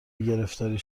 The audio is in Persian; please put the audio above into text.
گرفتاری